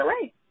away